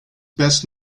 best